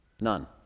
None